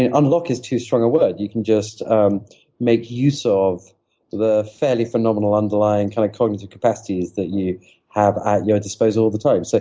and unlock is too strong a word. you can just make use of the fairly phenomenal underlying kind of cognitive capacities that you have at your disposal all the time. so